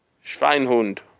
Schweinhund